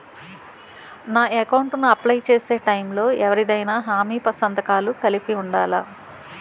నా అకౌంట్ ను అప్లై చేసి టైం లో ఎవరిదైనా హామీ సంతకాలు కలిపి ఉండలా?